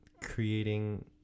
creating